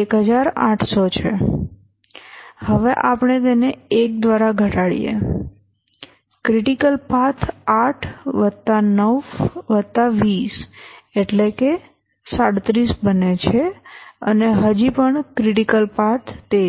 1800 છે હવે આપણે તેને 1 દ્વારા ઘટાડીએ ક્રિટિકલ પાથ 8 વત્તા 9 વત્તા 20 એટલે 37 બને છે અને હજી પણ ક્રિટિકલ પાથ છે